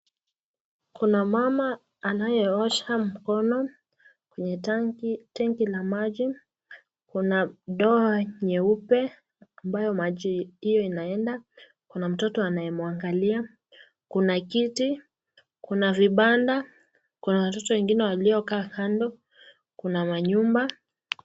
Kuna mama anayeosha mkono kwenye tenki la maji, kuna ndoo nyeupe ambayo maji hiyo inaenda, kuna mtoto anayemwangalia, kuna kiti, kuna vibanda, kuna watoto wengine waliokaa kando, kuna manyumba.